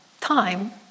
time